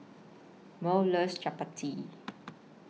Maud loves Chapati